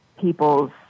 people's